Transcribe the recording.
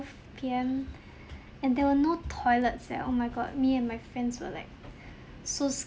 P_M and there were no toilets there oh my god me and my friends were like so